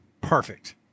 Perfect